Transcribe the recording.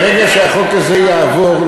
ברגע שהחוק הזה יעבור,